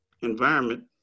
environment